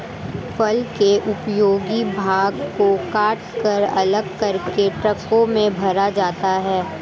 फसल के उपयोगी भाग को कटकर अलग करके ट्रकों में भरा जाता है